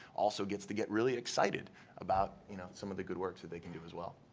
also gets to get really excited about you know some of the good works that they can do as well.